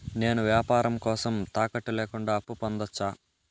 నేను వ్యాపారం కోసం తాకట్టు లేకుండా అప్పు పొందొచ్చా?